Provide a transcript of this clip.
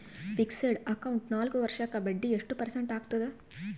Fixed account ನಾಲ್ಕು ವರ್ಷಕ್ಕ ಬಡ್ಡಿ ಎಷ್ಟು ಪರ್ಸೆಂಟ್ ಆಗ್ತದ?